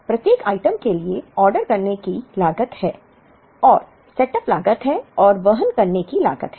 प्रत्येक आइटम के लिए ऑर्डर करने की लागत है और सेटअप लागत है और वहन करने की लागत है